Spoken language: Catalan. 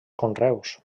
conreus